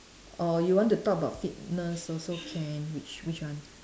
or you want to talk about fitness also can which which one